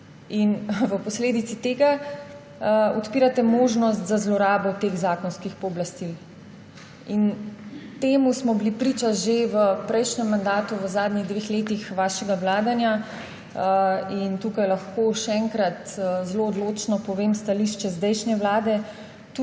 in v posledici tega odpirate možnost za zlorabo teh zakonskih pooblastil. Temu smo bili priče že v prejšnjem mandatu, v zadnjih dveh letih vašega vladanja in tu lahko še enkrat zelo odločno povem stališče zdajšnje vlade,